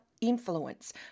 influence